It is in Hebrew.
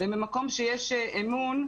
וממקום שיש אמון,